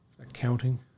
accounting